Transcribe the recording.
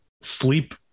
sleep